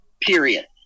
period